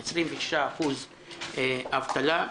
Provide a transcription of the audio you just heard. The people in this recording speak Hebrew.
26% אבטלה.